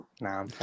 nah